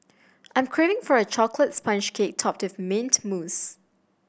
I'm craving for a chocolate sponge cake topped with mint mousse